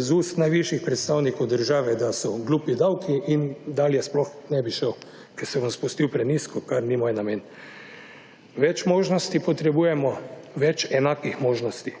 iz ust najvišjih predstavnikov države, da so glupi davki in dalje sploh ne bi šel, ker se bom spustil prenizko, kar ni moj namen. Več možnosti potrebujemo, več enakih možnosti.